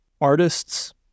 artists